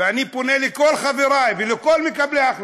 אני פונה לכל חבריי ולכל מקבלי ההחלטות: